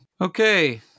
okay